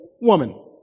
woman